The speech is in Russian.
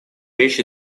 речь